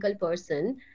person